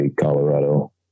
Colorado